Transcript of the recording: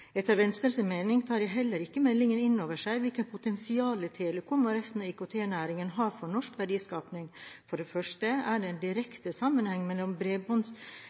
Etter Venstres mening tar heller ikke meldingen inn over seg hvilket potensial Telecom og resten av IKT-næringen har for norsk verdiskaping. For det første er det en direkte sammenheng mellom